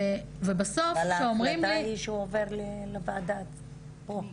אבל ההחלטה היא שהוא עובר לוועדת חוק.